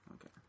okay